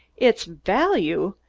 its value!